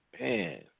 man